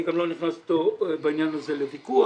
גם לא נכנס אתו בעניין הזה לוויכוח.